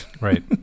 right